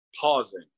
pausing